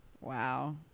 Wow